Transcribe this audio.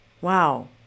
Wow